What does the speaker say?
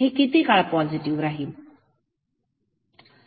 हे किती काळ पॉझिटिव राहील